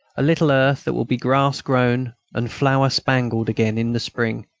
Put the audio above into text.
a little earth that will be grass-grown and flower-spangled again in the spring,